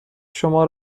شما